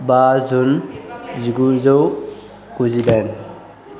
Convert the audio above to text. बा जुन जिगुजौ गुजिदाइन